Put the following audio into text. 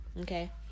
Okay